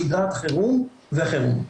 שגרת חירום וחירום.